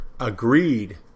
agreed